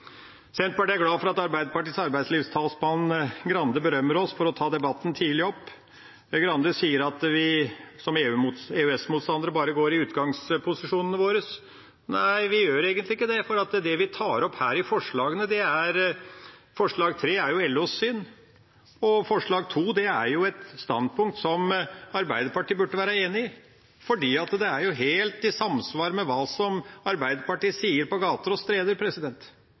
Senterpartiet er glad for at Arbeiderpartiets arbeidslivstalsmann Grande berømmer oss for å ta opp debatten tidlig, men Grande sier at vi som EØS-motstandere bare går i utgangsposisjonene våre. Nei, vi gjør egentlig ikke det, for det vi tar opp i forslag nr. 3, er jo LOs syn, og forslag nr. 2 er jo et standpunkt som Arbeiderpartiet burde være enig i fordi det er helt i samsvar med hva Arbeiderpartiet sier på gater og streder.